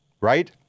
right